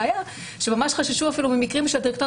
שממש חששו אפילו ממקרים שהדירקטוריון